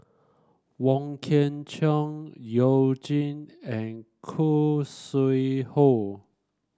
Wong Kwei Cheong You Jin and Khoo Sui Hoe